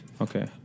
Okay